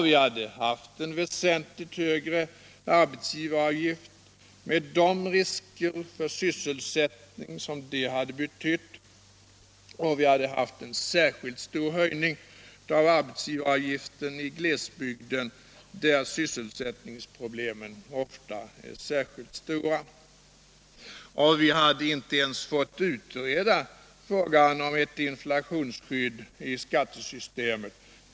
Vi hade haft en väsentligt högre arbetsgivaravgift med de risker för sysselsättningen som det hade betytt, och vi hade haft en särskilt stor höjning av arbetsgivaravgiften i glesbygden, där sysselsättningsproblemen ofta är särskilt stora. Vi hade inte ens fått utreda frågan om ett inflationsskydd i skattesystemet.